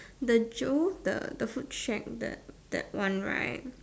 the Joe the the food shack the that one right